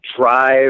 drive